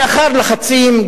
לאחר לחצים,